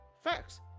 Facts